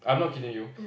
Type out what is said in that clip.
I'm not kidding you